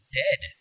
dead